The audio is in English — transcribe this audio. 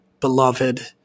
beloved